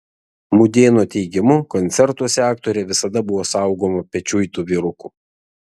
mudėno teigimu koncertuose aktorė visada buvo saugoma pečiuitų vyrukų